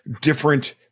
different